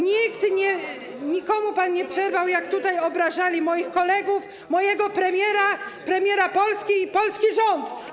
Nikomu pan nie przerywał, gdy tutaj obrażali moich kolegów, mojego premiera, premiera Polski, i polski rząd.